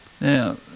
now